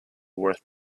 worth